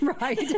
Right